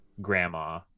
grandma